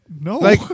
no